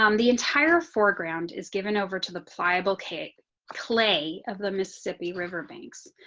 um the entire foreground is given over to the pliable cake clay, of the mississippi river banks,